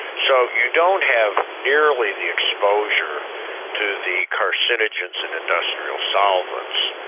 so you don't have nearly the exposure to the carcinogens and industrial solvents,